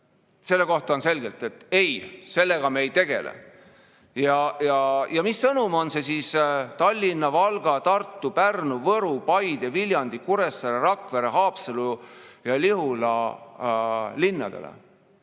selle kohta on selgelt öeldud, et sellega me ei tegele. Mis sõnum on see siis Tallinna, Valga, Tartu, Pärnu, Võru, Paide, Viljandi, Kuressaare, Rakvere, Haapsalu ja Lihula linnale?